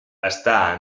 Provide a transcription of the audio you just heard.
està